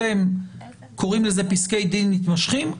אתם קוראים לזה פסקי דין מתמשכים.